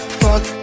fuck